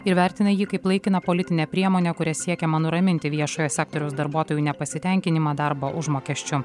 ir vertina jį kaip laikiną politinę priemonę kuria siekiama nuraminti viešojo sektoriaus darbuotojų nepasitenkinimą darbo užmokesčiu